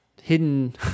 hidden